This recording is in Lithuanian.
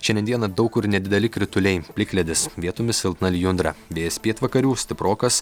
šiandien dieną daug kur nedideli krituliai plikledis vietomis silpna lijundra vėjas pietvakarių stiprokas